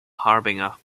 harbinger